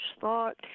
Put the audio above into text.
thought